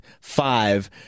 five